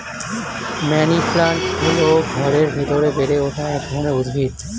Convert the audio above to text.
money plant হল ঘরের ভেতরে বেড়ে ওঠা এক ধরনের উদ্ভিদ